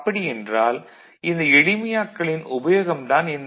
அப்படியென்றால் இந்த எளிமையாக்கலின் உபயோகம் தான் என்ன